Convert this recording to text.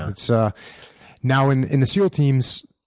and so now, in in the seal teams,